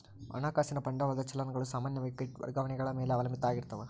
ಹಣಕಾಸಿನ ಬಂಡವಾಳದ ಚಲನ್ ಗಳು ಸಾಮಾನ್ಯವಾಗಿ ಕ್ರೆಡಿಟ್ ವರ್ಗಾವಣೆಗಳ ಮೇಲೆ ಅವಲಂಬಿತ ಆಗಿರ್ತಾವ